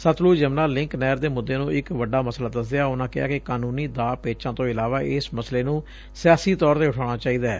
Sutlej Yamuna link ਨਹਿਰ ਦੇ ਮੁੱਦੇ ਨੂੰ ਇਕ ਵੱਡਾ ਮਸਲਾ ਦਸਦਿਆਂ ਉਨਾਂ ਕਿਹਾ ਕਿ ਕਾਨੂੰਨੀ ਦਾਅ ਪੇਚਾਂ ਤੋਂ ਇਲਾਵਾ ਇਸ ਮਸਲੇ ਨੂੰ ਸਿਆਸੀ ਤੌਰ ਤੇ ਉਠਾਣਾ ਚਾਹੀਦੈ